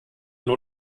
nur